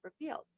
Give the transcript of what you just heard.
revealed